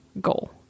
goal